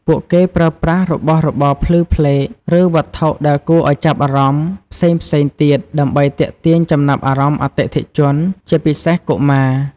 ពួកគេប្រើប្រាស់របស់របរភ្លឺផ្លេក ឬវត្ថុដែលគួរឱ្យចាប់អារម្មណ៍ផ្សេងៗទៀតដើម្បីទាក់ទាញចំណាប់អារម្មណ៍អតិថិជន ជាពិសេសកុមារ។